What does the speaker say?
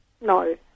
No